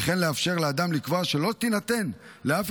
וכן לאפשר לאדם לקבוע שלא תינתן לאף